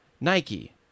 Nike